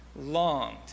longed